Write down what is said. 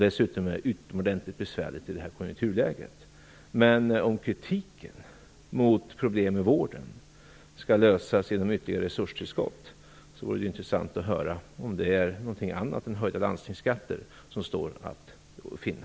Dessutom är det utomordentligt besvärligt i det här konjunkturläget. Men om problemen i vården skall lösas genom ett ytterligare resurstillskott vore det intressant att höra om någonting annat än höjda landstingsskatter står att finna.